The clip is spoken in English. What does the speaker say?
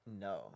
no